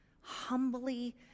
humbly